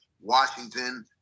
Washington